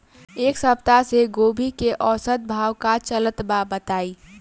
एक सप्ताह से गोभी के औसत भाव का चलत बा बताई?